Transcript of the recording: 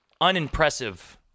unimpressive